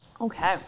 Okay